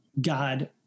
God